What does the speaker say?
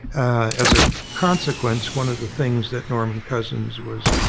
as a consequence, one of the things that norman cousins was